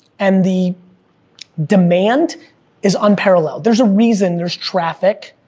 and the demand is unparalleled, there's a reason there's traffic